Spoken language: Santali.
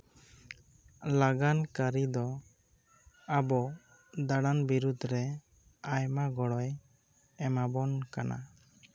ᱞᱟᱜᱟᱱ ᱠᱟᱹᱨᱤ ᱫᱚ ᱟᱵᱚ ᱫᱟᱬᱟᱱ ᱵᱤᱨᱩᱫ ᱨᱮ ᱟᱭᱢᱟ ᱜᱚᱲᱚᱭ ᱮᱢᱟ ᱵᱚᱱ ᱠᱟᱱᱟ